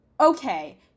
okay